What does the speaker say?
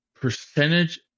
percentage